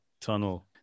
tunnel